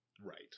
Right